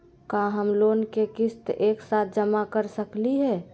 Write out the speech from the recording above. का हम लोन के किस्त एक साथ जमा कर सकली हे?